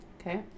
Okay